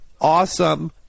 awesome